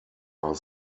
are